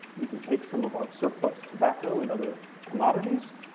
we can take some of our surplus tobacco and other commodities,